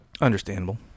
understandable